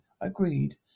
agreed